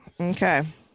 Okay